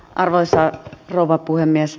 arvoisa rouva puhemies